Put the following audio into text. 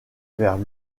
vers